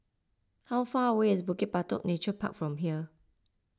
how far away is Bukit Batok Nature Park from here